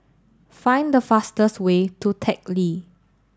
find the fastest way to Teck Lee